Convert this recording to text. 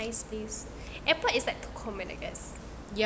find a nice place airport is like too common I guess